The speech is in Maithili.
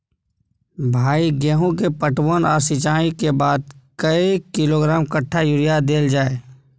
भाई गेहूं के पटवन आ सिंचाई के बाद कैए किलोग्राम कट्ठा यूरिया देल जाय?